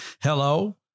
hello